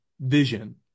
vision